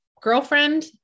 girlfriend